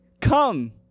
Come